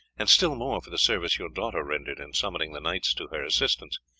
and still more for the service your daughter rendered in summoning the knights to her assistance.